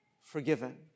forgiven